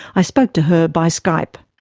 i spoke to her by skype.